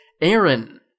Aaron